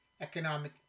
economic